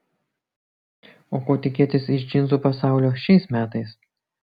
o ko tikėtis iš džinsų pasaulio šiais metais